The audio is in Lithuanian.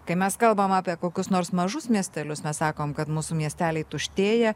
kai mes kalbam apie kokius nors mažus miestelius mes sakom kad mūsų miesteliai tuštėja